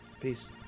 peace